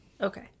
Okay